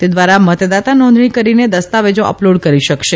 તે ધ્વારા મતદાતા નોંધણી કરીને દસ્તાવેજા અપલોડ કરી શકાશે